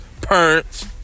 parents